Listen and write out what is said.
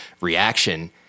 reaction